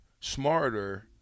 smarter